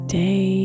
day